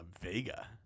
vega